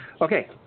Okay